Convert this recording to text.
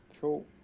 Cool